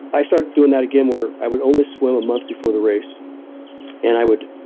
i started doing that again where i would only swim a month before the race and i would